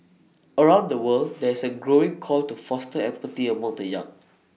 around the world there is A growing call to foster empathy among the young